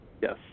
Yes